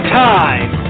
time